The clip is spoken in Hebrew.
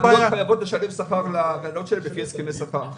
הבעלויות חייבות לשלם שכר לגננות שלהן לפי הסכמי שכר.